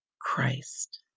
Christ